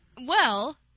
Well-